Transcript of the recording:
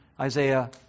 Isaiah